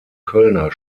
kölner